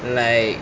like